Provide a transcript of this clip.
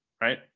right